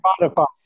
Spotify